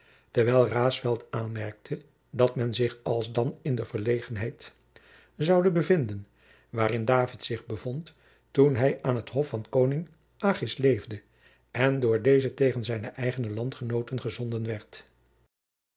terwijl raesfelt aanmerkte dat men zich alsdan in de verlegenheid zoude bevinden waarin david zich bevond toen hij aan het hof van koning achis leefde en door dezen tegen zijne eigene landgenooten gezonden werd